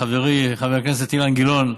לחברי חבר הכנסת אילן גילאון,